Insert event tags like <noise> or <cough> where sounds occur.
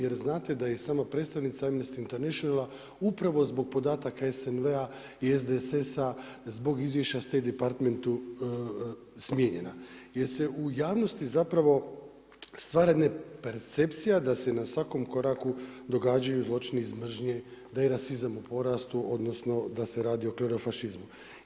Jer znate da je i sama predstavnica … <unintelligible> internationala upravo zbog podataka SNV-a i SDSS-a zbog izvješća State Departmentu smijenjena jer se u javnosti zapravo stvara percepcija da se na svakom koraku događaju zločini iz mržnje, da je rasizam u porastu, odnosno da se radi o klerofašizmu.